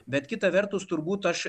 bet kita vertus turbūt aš